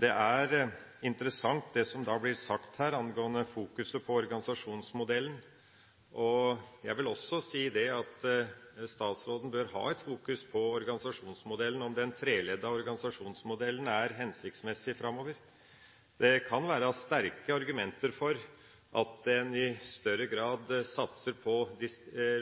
Det er interessant det som blir sagt her angående fokuset på organisasjonsmodellen. Statsråden bør ha et fokus på organisasjonsmodellen og om den treledda organisasjonsmodellen er hensiktsmessig framover. Det kan være sterke argumenter for at man i større grad satser på